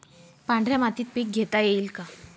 पांढऱ्या मातीत पीक घेता येईल का?